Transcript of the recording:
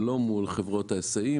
ולא מול חברות ההיסעים,